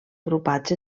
agrupats